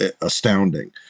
astounding